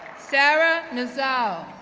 sarah nzau,